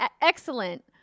Excellent